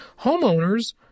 homeowners